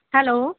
hello